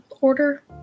order